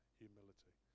humility